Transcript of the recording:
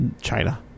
China